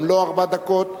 גם לו ארבע דקות.